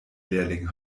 lehrling